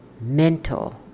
mental